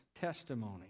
testimony